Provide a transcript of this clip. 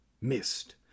missed